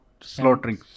slaughtering